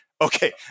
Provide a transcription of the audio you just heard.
Okay